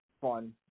fun